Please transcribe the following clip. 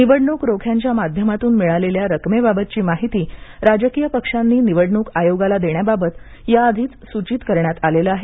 निवडणुक रोख्यांच्या माध्यमातून मिळालेल्या रकमेबाबतची माहिती राजकीय पक्षांनी निवडणूक आयोगाला देण्याबाबत याधीच सूचीत करण्यात आलेला आहे